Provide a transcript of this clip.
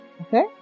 Okay